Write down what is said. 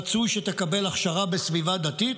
רצוי שתקבל הכשרה בסביבה דתית,